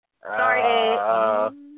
Sorry